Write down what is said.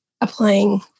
applying